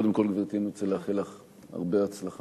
קודם כול, גברתי, אני רוצה לאחל לך הרבה הצלחה.